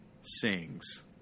sings